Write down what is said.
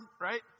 right